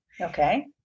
Okay